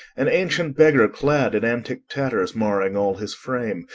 an ancient beggar clad in antic tatters, marring all his frame,